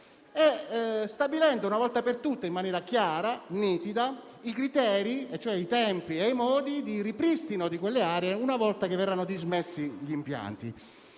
stabilendo una volta per tutte in maniera chiara e nitida i criteri, vale a dire i tempi e i modi di ripristino di quelle aree, quando verranno dismessi gli impianti;